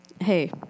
hey